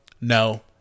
no